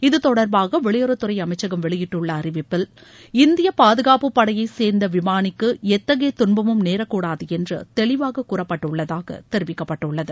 இது தொடர்பாக வெளியுறவுத்துறைஅமைச்சகம் வெளியிட்டுள்ள அறிவிப்பில் இந்திய பாதுகாப்பு படையைச் சேர்ந்த விமாளிக்கு எத்தகைய துன்பமும் நேரக் கூடாது என்று தெளிவாக கூறப்பட்டுள்ளதாக தெரிவிக்கப்பட்டுள்ளது